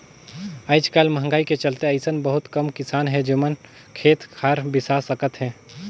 आयज कायल मंहगाई के चलते अइसन बहुत कम किसान हे जेमन खेत खार बिसा सकत हे